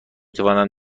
توانم